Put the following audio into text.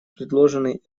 предложенный